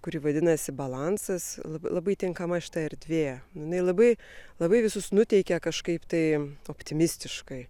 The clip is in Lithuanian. kuri vadinasi balansas labai tinkama šita erdvė jinai labai labai visus nuteikia kažkaip tai optimistiškai